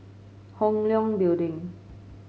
Hong Leong Building